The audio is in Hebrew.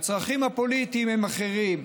והצרכים הפוליטיים הם אחרים.